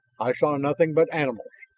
i saw nothing but animals.